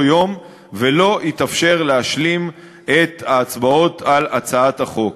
יום ולא התאפשר להשלים את ההצבעות על הצעת החוק.